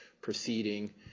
proceeding